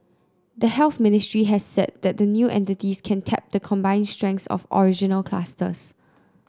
the Health Ministry has said that the new entities can tap the combined strengths of the original clusters